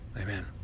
Amen